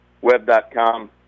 Web.com